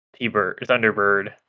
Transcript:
Thunderbird